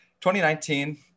2019